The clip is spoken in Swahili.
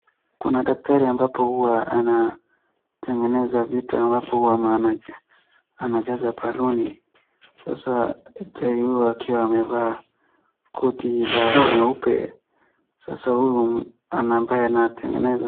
Kuna daktari ambapo huwa anatengeza vitu ambapo huwa anajaza baluni . Sasa dakatari huyu akiwa amevaa koti la nyeupe. Sasa huyu ambaye anatengeneza.